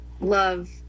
Love